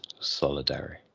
solidary